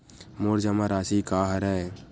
मोर जमा राशि का हरय?